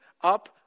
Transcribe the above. up